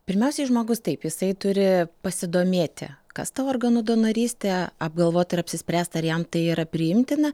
pirmiausiai žmogus taip jisai turi pasidomėti kas ta organų donorystė apgalvoti ir apsispręst ar jam tai yra priimtina